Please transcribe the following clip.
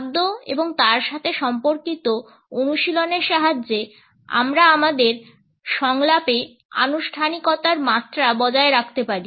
খাদ্য এবং তার সাথে সম্পর্কিত অনুশীলনের সাহায্যে আমরা আমাদের সংলাপে আনুষ্ঠানিকতার মাত্রা বজায় রাখতে পারি